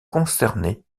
concernés